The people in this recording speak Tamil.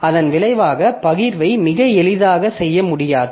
இதன் விளைவாக பகிர்வை மிக எளிதாக செய்ய முடியாது